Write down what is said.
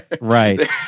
Right